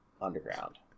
underground